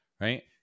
right